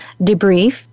debrief